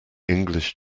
english